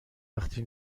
وقتی